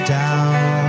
down